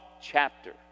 chapter